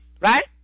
Right